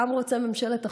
העם רוצה ממשלת אחדות.